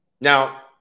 Now